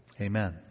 Amen